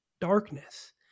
darkness